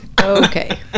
Okay